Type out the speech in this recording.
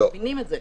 אתם מבינים את זה.